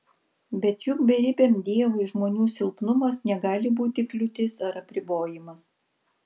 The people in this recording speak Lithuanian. bet juk beribiam dievui žmonių silpnumas negali būti kliūtis ar apribojimas